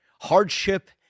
hardship